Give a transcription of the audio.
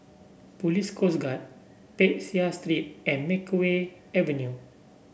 Police Coast Guard Peck Seah Street and Makeway Avenue